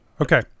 Okay